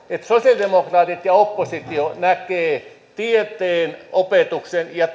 että sosialidemokraatit ja oppositio näkevät tieteen opetuksen ja